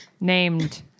named